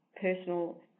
personal